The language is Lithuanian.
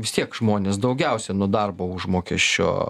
vis tiek žmonės daugiausia nuo darbo užmokesčio